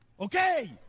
Okay